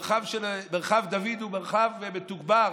מרחב דוד הוא מרחב מתוגבר.